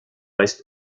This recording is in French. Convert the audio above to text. est